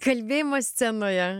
kalbėjimo scenoje